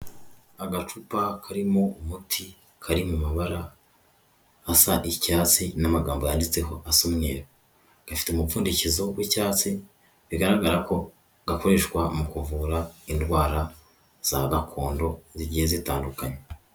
Agacupa karimo umuti kari mu mabara asa icyatsi n'amagambo yanditseho asa umweru gafite umupfundikizo w'icyatsi bigaragara ko gakoreshwa mu kuvura indwara za gakondo zigiye zitandukanye.